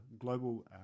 global